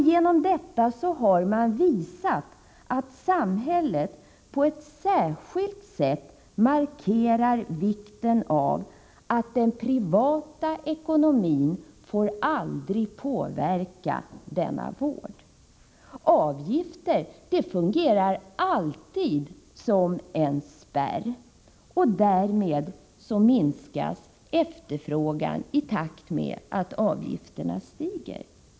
Genom detta har man visat att samhället på ett särskilt sätt markerar vikten av att den privata ekonomin aldrig får påverka denna vård. Avgifter fungerar alltid som en spärr, och därmed minskar efterfrågan i takt med att avgifterna stiger.